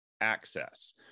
access